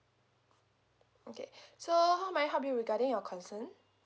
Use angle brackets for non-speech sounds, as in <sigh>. okay <breath> so how may I help you regarding your concern